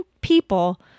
people